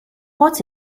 put